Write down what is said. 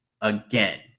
again